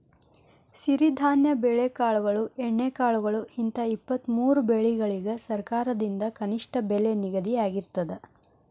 ಸಿರಿಧಾನ್ಯ ಬೆಳೆಕಾಳುಗಳು ಎಣ್ಣೆಕಾಳುಗಳು ಹಿಂತ ಇಪ್ಪತ್ತಮೂರು ಬೆಳಿಗಳಿಗ ಸರಕಾರದಿಂದ ಕನಿಷ್ಠ ಬೆಲೆ ನಿಗದಿಯಾಗಿರ್ತದ